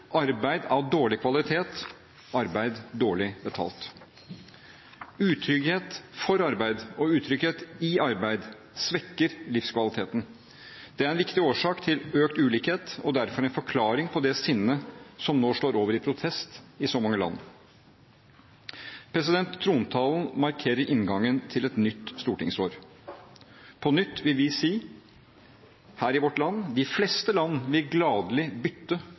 arbeid av dårlig kvalitet og arbeid som er dårlig betalt. Utrygghet for arbeid og utrygghet i arbeid svekker livskvaliteten. Det er en viktig årsak til økt ulikhet og derfor en forklaring på det sinnet som nå slår over i protest i så mange land. Trontalen markerer inngangen til et nytt stortingsår. På nytt vil vi si, her i vårt land: De fleste land vil gladelig bytte